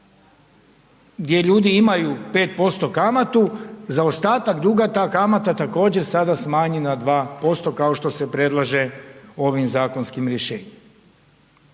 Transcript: gdje ljudi imaju 5% kamatu, zaostatak duga ta kamata također sada smanjena na 2% kao što se predlaže ovim zakonskim rješenjima.